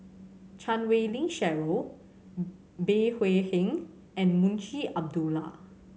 Chan Wei Ling Cheryl Bey Hua Heng and Munshi Abdullah